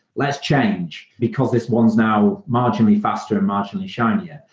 let's change because this one is now marginally faster and marginally shinier.